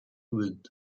wind